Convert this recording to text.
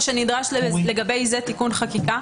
או שנדרש לגבי זה תיקון חקיקה,